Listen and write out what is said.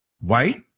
White